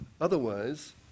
Otherwise